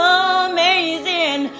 amazing